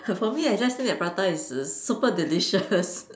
for me I just think that prata is err super delicious